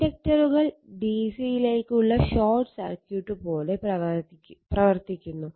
ഇൻഡക്റ്ററുകൾ D C യിലേക്കുള്ള short circuit പോലെ പ്രവർത്തിക്കുന്നു